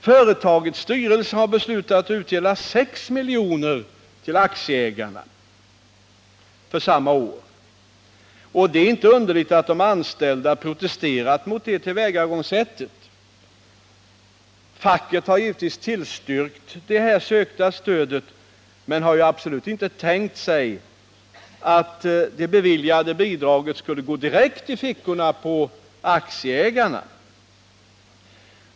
Företagets styrelse har beslutat utdela 6 milj.kr. till aktieägarna för samma år. Det är inte underligt att de anställda protesterat mot det tillvägagångssättet. Facket har givetvis tillstyrkt det sökta stödet men har absolut inte tänkt sig att det beviljade bidraget skulle gå direkt i fickorna på aktieägarna.